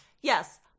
Yes